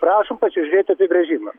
prašom pasižiūrėti apibrėžimą